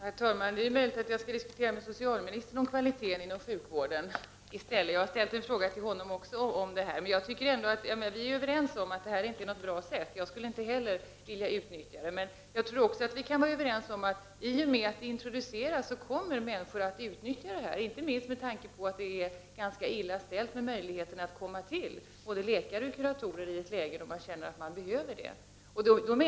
Herr talman! Det är möjligt att jag skall diskutera med socialministern om kvaliteten inom sjukvården i stället. Jag har även ställt en fråga till honom om detta. Vi är dock överens om att detta inte är något bra sätt. Jag skulle inte heller vilja utnyttja dessa tjänster. Jag tror dock att vi också kan vara överens om att i och med att man introducerar dessa tjänster kommer människor att utnyttja dem, inte minst med tanke på att det är ganska illa ställt med möjligheten att komma till läkare och kurator i ett läge när man känner att man behöver det.